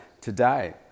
today